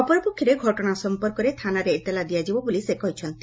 ଅପରପକ୍ଷରେ ଘଟଣା ସମ୍ପର୍କରେ ଥାନାରେ ଏତଲା ଦିଆଯିବ ବୋଲି ସେ କହିଛନ୍ତି